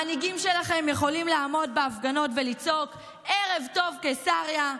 המנהיגים שלכם יכולים לעמוד בהפגנות ולצעוק: ערב טוב קיסריה,